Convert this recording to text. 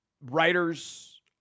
writers